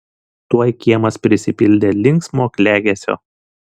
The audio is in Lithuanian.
tuoj kiemas prisipildė linksmo klegesio